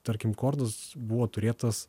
tarkim kordas buvo turėtas